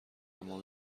اما